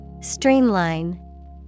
Streamline